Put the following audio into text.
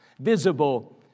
visible